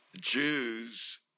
Jews